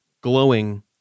glowing